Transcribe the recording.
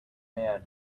man